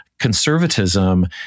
Conservatism